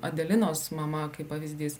adelinos mama kaip pavyzdys